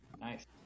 Nice